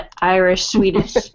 Irish-Swedish